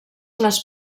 les